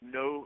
no